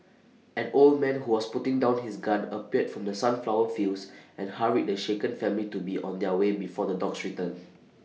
an old man who was putting down his gun appeared from the sunflower fields and hurried the shaken family to be on their way before the dogs return